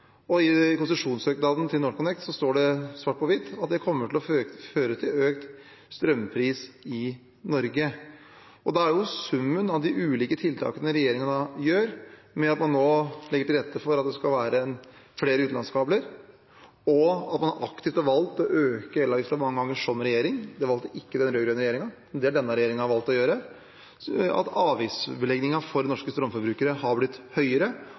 og i konsesjonssøknaden til NorthConnect står det svart på hvitt at det kommer til å føre til økt strømpris i Norge. Da er jo summen av de ulike tiltakene regjeringen gjør, med at man nå legger til rette for at det skal være flere utenlandskabler, og at man aktivt har valgt å øke elavgiften mange ganger som regjering – det gjorde ikke den rød-grønne regjeringen, det har denne regjeringen valgt å gjøre – at avgiftsbelegningen for norske strømforbrukere har blitt høyere,